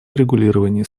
урегулировании